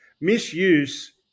Misuse